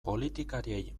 politikariei